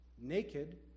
naked